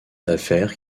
d’affaires